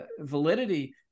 validity